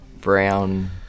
brown